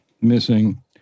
missing